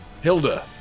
Hilda